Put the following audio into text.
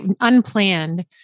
unplanned